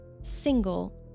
single